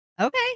Okay